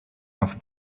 off